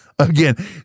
Again